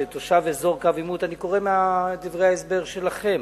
שתושב אזור קו עימות, אני קורא מדברי ההסבר שלכם,